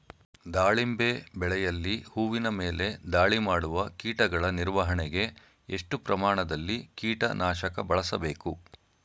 ದಾಳಿಂಬೆ ಬೆಳೆಯಲ್ಲಿ ಹೂವಿನ ಮೇಲೆ ದಾಳಿ ಮಾಡುವ ಕೀಟಗಳ ನಿರ್ವಹಣೆಗೆ, ಎಷ್ಟು ಪ್ರಮಾಣದಲ್ಲಿ ಕೀಟ ನಾಶಕ ಬಳಸಬೇಕು?